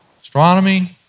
astronomy